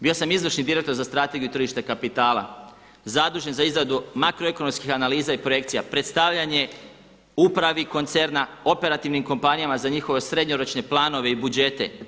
Bio sam izvršni direktor za strategiju i tržište kapitala zadužen za izradu makro ekonomskih analiza i projekcija, predstavljanje upravi koncerna, operativnim kompanijama za njihove srednjoročne planove i budžete.